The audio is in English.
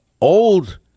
old